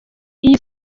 iyi